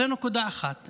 זו נקודה אחת.